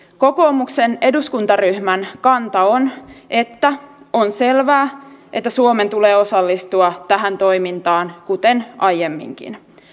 kokoomuksen eduskuntaryhmän kanta on että on selvää että suomen tulee osallistua tähän toimintaan kuten aiemminkin